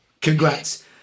congrats